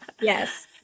Yes